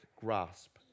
grasp